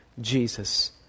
Jesus